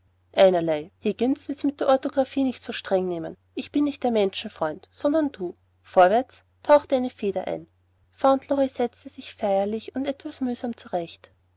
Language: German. einerlei higgins wird's mit der orthographie nicht so streng nehmen ich bin nicht der menschenfreund sondern du vorwärts tauch deine feder ein fauntleroy setzte sich feierlich und etwas mühsam zurecht